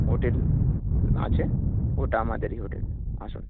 hotel আছে ওটা আমাদেরই হোটেল আসুন